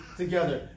together